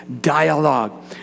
dialogue